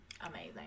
amazing